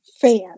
fan